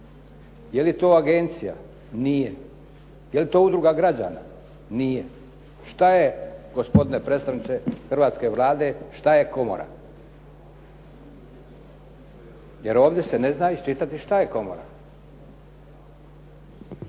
Je li to agencija? Nije. Je li to udruga građana? nije. Šta je, gospodine predstavniče hrvatske Vlade, šta je komora? Jer ovdje se ne zna iščitati šta je komora.